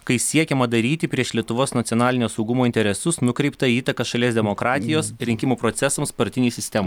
kai siekiama daryti prieš lietuvos nacionalinio saugumo interesus nukreiptą įtaką šalies demokratijos rinkimų procesams partinei sistemai